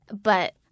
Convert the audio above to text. But-